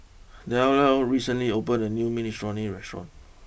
Dellia recently opened a new Minestrone restaurant